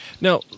Now